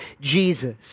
Jesus